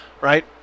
right